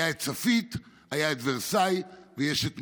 היה צפית, היה ורסאי ויש את מירון.